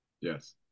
yes